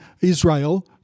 Israel